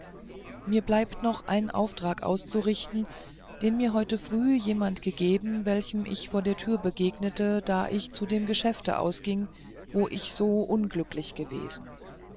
mir bleibt noch ein auftrag auszurichten den mir heute früh jemand gegeben welchem ich vor der tür begegnete da ich zu dem geschäfte ausging wo ich so unglücklich gewesen